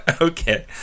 Okay